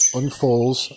unfolds